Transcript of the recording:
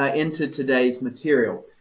um into today's material.